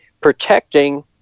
protecting